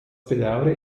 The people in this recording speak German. bedauere